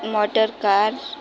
motorcar